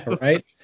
right